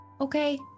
Okay